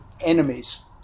enemies